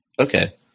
Okay